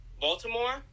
Baltimore